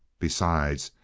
besides,